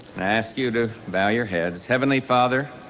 i ask you to bow your head. heavenly father,